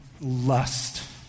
lust